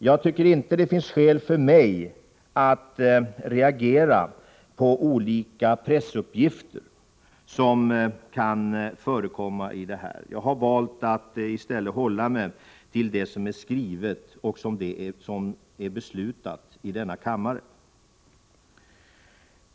Jag tycker inte det finns skäl för mig att reagera på olika pressuppgifter som kan förekomma. Jag har i stället valt att hålla mig till det som är beslutat i denna kammare.